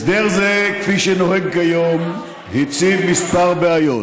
הסדר זה כפי שנוהג היום הציב כמה בעיות.